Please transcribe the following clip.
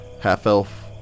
half-elf